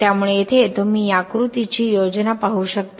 त्यामुळे येथे तुम्ही या आकृतीची योजना पाहू शकता